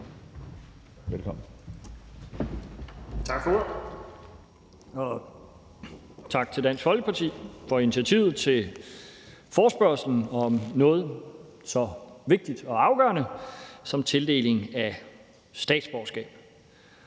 (V): Tak for ordet, og tak til Dansk Folkeparti for initiativet til forespørgslen om noget så vigtigt og afgørende som tildeling af statsborgerskab.